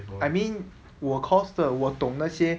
I mean 我 course 的我懂那些